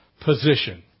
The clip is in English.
Position